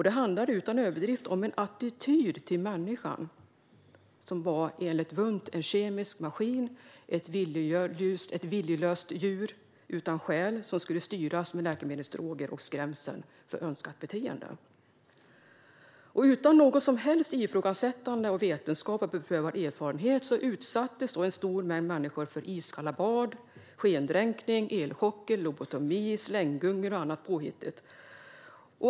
Det handlade utan överdrift om en attityd till människan, som enligt Wundt var en kemisk maskin, ett viljelöst djur utan själ, som skulle styras med läkemedelsdroger och skrämsel för önskat beteende. Utan något som helst ifrågasättande på grundval av vetenskap och beprövad erfarenhet utsattes en stor mängd människor för iskalla bad, skendränkning, elchocker, lobotomi, slänggungor och andra påhitt.